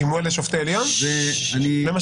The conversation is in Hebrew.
שמואל לשופט עליון, למשל?